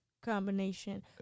combination